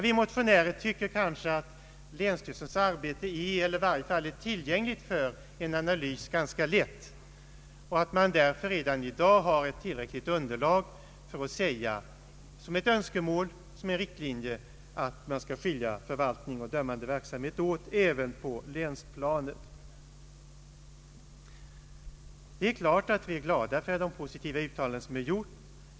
Vi motionärer tycker att länsstyrelsens dömande uppgifter är ganska lätt tillgängliga för en analys och att man därför redan i dag har tillräckligt underlag för att framhålla som ett önskemål, en riktlinje, att man skall skilja förvaltning och dömande verksamhet åt även på länsplanet. Det är klart att vi är glada för de positiva uttalanden som gjorts.